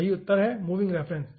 सही उत्तर है मूविंग रेफरेंस